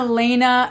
Elena